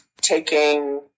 taking